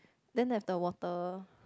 then have the water